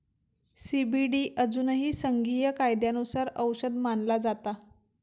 CBD अजूनही संघीय कायद्यानुसार औषध मानला जाता